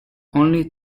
only